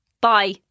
Bye